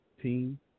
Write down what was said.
team